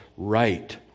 right